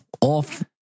off